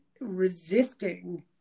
resisting